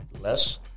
less